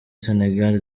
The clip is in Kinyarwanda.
sénégal